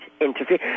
Interfere